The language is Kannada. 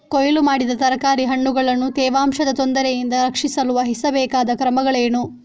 ಕೊಯ್ಲು ಮಾಡಿದ ತರಕಾರಿ ಹಣ್ಣುಗಳನ್ನು ತೇವಾಂಶದ ತೊಂದರೆಯಿಂದ ರಕ್ಷಿಸಲು ವಹಿಸಬೇಕಾದ ಕ್ರಮಗಳೇನು?